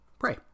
pray